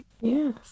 yes